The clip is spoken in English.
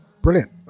Brilliant